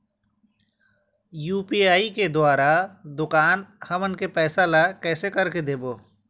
UPI के द्वारा दुकान हमन के पैसा ला कैसे कर के देबो?